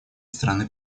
страны